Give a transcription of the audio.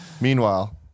Meanwhile